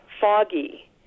foggy